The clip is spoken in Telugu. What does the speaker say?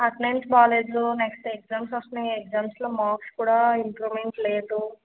అటెనెన్స్ బాలేదు నెక్స్ట్ ఎగ్జామ్స్ వస్తున్నాయి ఎగ్జామ్స్లో మార్క్స్ కూడా ఇంప్రూవ్మెంట్ లేదు